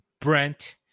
Brent